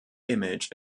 image